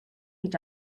each